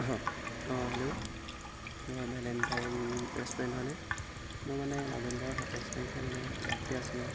অঁ হেল্ল' অঁ Valentine restaurant হয়নে মোৰ মানে নৱেম্বৰ সাতাইছ তাৰিখে মানে বাৰ্থডে আছিলে